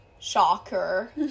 shocker